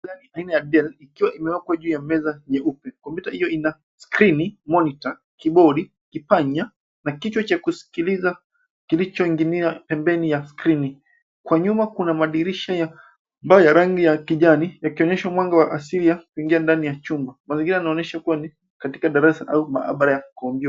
Kompyuta aina ya Dell ikiwa imewekwa juu ya meza nyeupe. Kompyuta hiyo ina skrini monitor , keyboardi , kipanya na kichwa cha kusikiliza kilichoning'inia pembeni ya skrini. Kwa nyuma kuna madirisha ya ambayo ya rangi ya kijani yakionyesha mwanga wa asilia kuingia ndani ya chumba. Mazingira yanaonyesha kuwa ni katika darasa au maabara ya kompyuta.